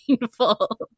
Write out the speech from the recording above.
painful